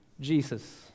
Jesus